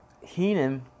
Heenan